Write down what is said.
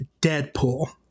Deadpool